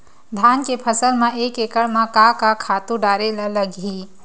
धान के फसल म एक एकड़ म का का खातु डारेल लगही?